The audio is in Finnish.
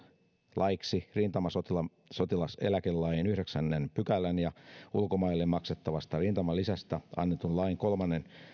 laiksi rintamasotilaseläkelain yhdeksännen pykälän ja ulkomaille maksettavasta rintamalisästä annetun lain kolmannen